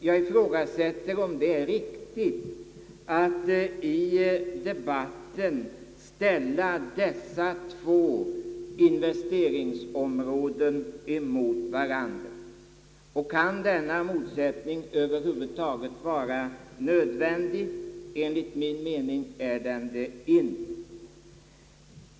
Jag ifrågasätter dock om det är riktigt att i debatten ställa dessa två investeringsområden emot varandra. Kan denna motsättning över huvud taget vara nöd vändig? Enligt min mening är den det inte.